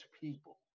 people